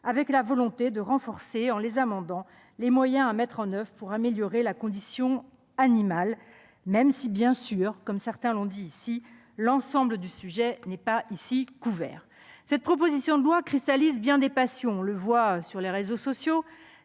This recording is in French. de la volonté de renforcer, en les amendant, les moyens à mettre en oeuvre pour améliorer la condition animale, même si, comme certains l'ont dit ici, le problème n'est pas complètement traité. Cette proposition de loi cristallise bien des passions : on le voit sur les réseaux sociaux.